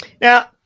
Now